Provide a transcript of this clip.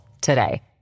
today